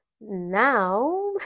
Now